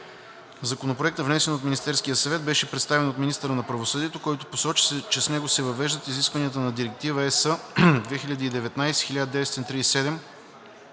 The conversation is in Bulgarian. Законопроектът, внесен от Министерския съвет, беше представен от министъра на правосъдието, който посочи, че с него се въвеждат изискванията на Директива (ЕС) 2019/1937